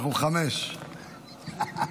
אנחנו חמישה.